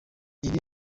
ibi